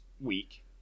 week